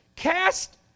Cast